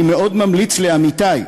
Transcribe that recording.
אני מאוד ממליץ לעמיתי,